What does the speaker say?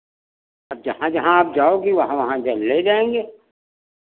अब जहाँ जहाँ आप जाओगी वहाँ वहाँ ले जाएँगे